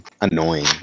annoying